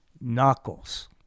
Knuckles